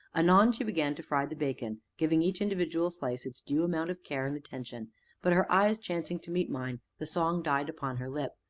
anon she began to fry the bacon, giving each individual slice its due amount of care and attention but, her eyes chancing to meet mine, the song died upon her lip,